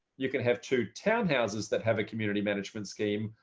you can have two townhouses that have a community management scheme.